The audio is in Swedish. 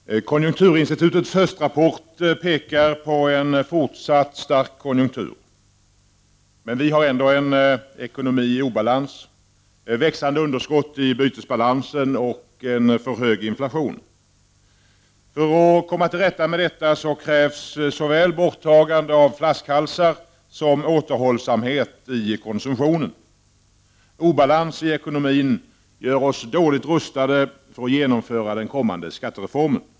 Herr talman! Konjunkturinstitutet pekar i sin höstrapport på en fortsatt stark konjunktur, men Sverige har ändå en ekonomi i obalans, växande underskott i bytesbalansen och för hög inflation. För att komma till rätta med detta krävs såväl borttagande av flaskhalsar som återhållsamhet i konsumtionen. Obalans i ekonomin gör oss dåligt rustade att genomföra den kommande skattereformen.